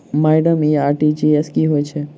Madam इ RTGS की होइ छैय?